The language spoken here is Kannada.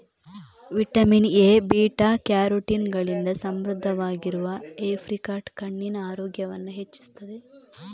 ವಿಟಮಿನ್ ಎ, ಬೀಟಾ ಕ್ಯಾರೋಟಿನ್ ಗಳಿಂದ ಸಮೃದ್ಧವಾಗಿರುವ ಏಪ್ರಿಕಾಟ್ ಕಣ್ಣಿನ ಆರೋಗ್ಯವನ್ನ ಹೆಚ್ಚಿಸ್ತದೆ